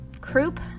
Croup